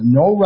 no